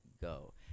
go